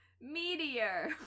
Meteor